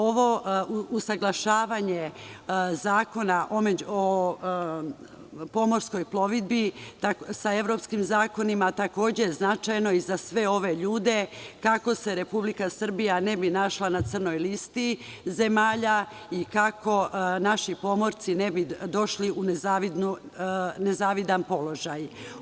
Ovo usaglašavanje Zakona o pomorskoj plovidbi sa evropskim zakonima, takođe značajno i za sve ove ljude, kako se Republika Srbija ne bi našla na crnoj listi zemalja i kako naši pomorci ne bi došli u nezavidan položaj.